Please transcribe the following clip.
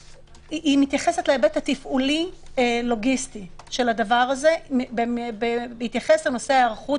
מתייחסת להיבט התפעולי לוגיסטי של הדבר הזה בהתייחס לנושא ההיערכות